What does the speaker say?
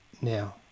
now